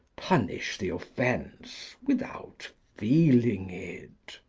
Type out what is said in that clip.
punish the offence without feeling it.